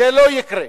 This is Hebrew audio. זה לא יקרה.